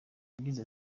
yagize